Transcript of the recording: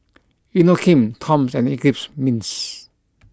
Inokim Toms and Eclipse Mints